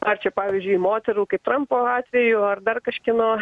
ar čia pavyzdžiui moterų kaip trampo atveju ar dar kažkieno